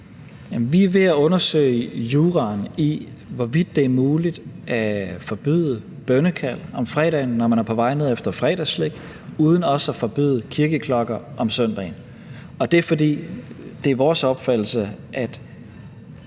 Vi er ved at undersøge juraen i, hvorvidt det er muligt at forbyde bønnekald om fredagen, når man er på vej ned efter fredagsslik, uden også at forbyde kirkeklokker om søndagen, og det er, fordi det er vores opfattelse, at